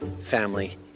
family